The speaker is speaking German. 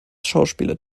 schauspieler